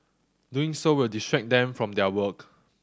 doing so will distract them from their work